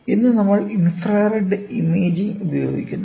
ഇന്ന് നമ്മൾ infrared imaging ഉപയോഗിക്കുന്നു